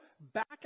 back